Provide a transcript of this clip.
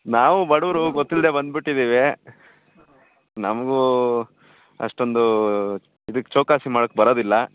ನಾವು ಬಡುವರು ಗೊತ್ತಿಲ್ಲದೇ ಬಂದ್ಬಿಟ್ಟಿದ್ದೀವಿ ನಮಗೂ ಅಷ್ಟೊಂದು ಇದಕ್ಕೆ ಚೌಕಾಸಿ ಮಾಡೋಕೆ ಬರೋದಿಲ್ಲ